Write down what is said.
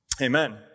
Amen